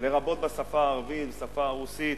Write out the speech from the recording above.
לרבות בשפה הערבית, השפה הרוסית,